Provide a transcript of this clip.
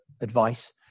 advice